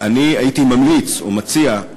אני הייתי ממליץ, או מציע,